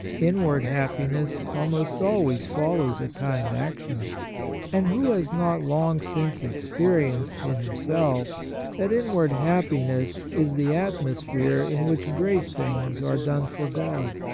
inward happiness almost always follows a kind action and who has not long since experienced in himself that inward happiness is the atmo sphere in which great things are done for god?